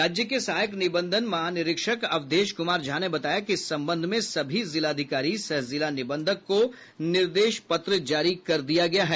राज्य के सहायक निबंधन महानिरीक्षक अवधेश कुमार झा ने बताया कि इस संबंध में सभी जिलाधिकारी सह जिला निबंधक को निर्देश पत्र जारी कर दिया गया है